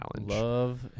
Love